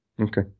Okay